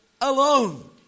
alone